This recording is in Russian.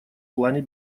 плане